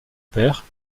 père